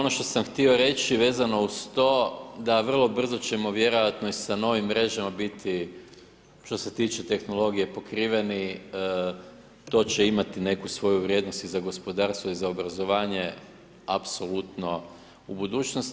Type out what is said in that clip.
Ono što sam htio reći vezano uz to, da vrlo brzo ćemo vjerojatno i sa novim mrežama biti što se tiče tehnologije pokriveni, to će imati neku svoju vrijednost i za gospodarstvo i za obrazovanje apsolutno u budućnosti.